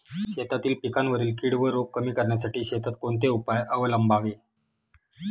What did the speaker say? शेतातील पिकांवरील कीड व रोग कमी करण्यासाठी शेतात कोणते उपाय अवलंबावे?